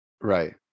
Right